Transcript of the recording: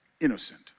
innocent